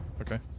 Okay